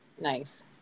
Nice